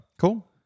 Cool